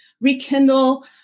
rekindle